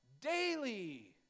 daily